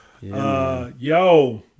Yo